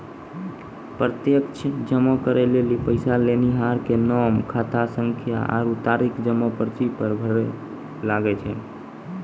प्रत्यक्ष जमा करै लेली पैसा लेनिहार के नाम, खातासंख्या आरु तारीख जमा पर्ची पर भरै लागै छै